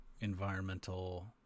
environmental